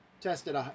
tested